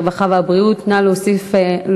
הרווחה והבריאות נתקבלה.